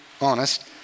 honest